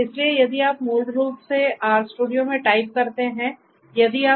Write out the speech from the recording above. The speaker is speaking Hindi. इसलिए यदि आप मूल रूप से RStudio में टाइप करते हैं यदि आप